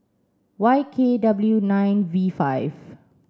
Y K W nine V five